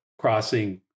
crossing